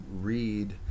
read